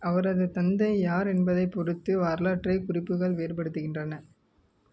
அவரது தந்தை யார் என்பதைப் பொறுத்து வரலாற்றை குறிப்புகள் வேறுபடுத்துகின்றன